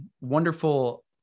wonderful